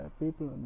people